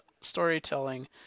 storytelling